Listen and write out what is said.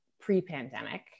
pre-pandemic